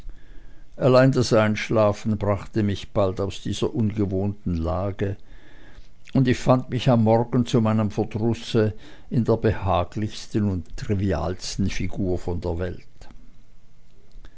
allein das einschlafen brachte mich bald aus dieser ungewohnten lage und ich fand mich am morgen zu meinem verdrusse in der behaglichsten und trivialsten figur von der welt